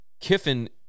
Kiffin